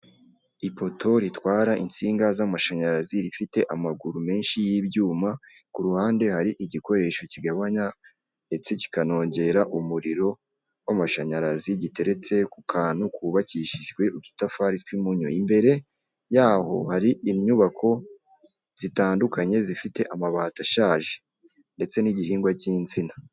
Ipoto ritwara insinga z'amashanyarazi ifite amaguru menshi y'ibyuma ku ruhande hari igikoresho kigabanya ndetse kikanongera umuriro w'amashanyarazi giteretse ku kantu kubakishijwe udutafari tw'imunyo, imbere yaho hari inyubako zitandukanye zifite amabati ashaje ndetse n'igihingwa k'insina.